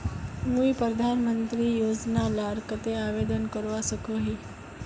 मुई प्रधानमंत्री योजना लार केते आवेदन करवा सकोहो ही?